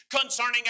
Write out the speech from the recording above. concerning